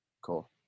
cool